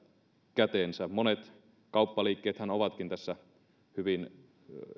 kätensä monet kauppaliikkeethän ovatkin tässä hyvin